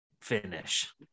finish